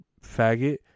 faggot